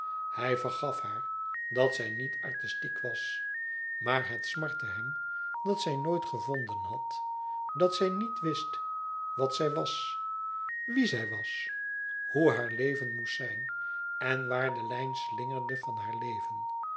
hij vergaf haar dat zij niet artistiek was maar het smartte hem dat zij zich nooit gevonden had dat zij niet wist wat zij was wiè zij was hoe haar leven moest zijn en waar de lijn slingerde van haar leven